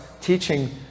teaching